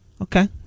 Okay